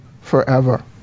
forever